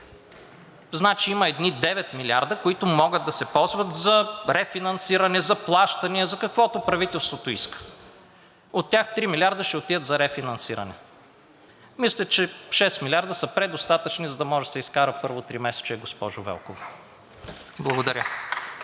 Значи има едни 9 милиарда, които могат да се ползват за рефинансиране, за плащания, за каквото правителството иска. От тях 3 милиарда ще отидат за рефинансиране. Мисля, че 6 милиарда са предостатъчни, за да може да се изкара първото тримесечие, госпожо Велкова. Благодаря.